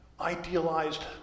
idealized